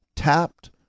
tapped